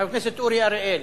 חבר הכנסת אורי אריאל.